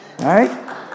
right